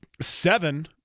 seven